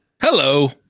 hello